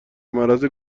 معرض